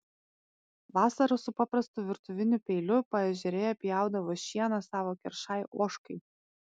vasarą su paprastu virtuviniu peiliu paežerėje pjaudavo šieną savo keršai ožkai